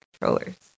controllers